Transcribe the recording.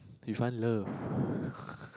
you find love